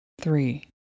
three